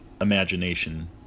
imagination